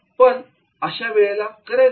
मग अशा वेळेला काय करायचं